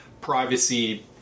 privacy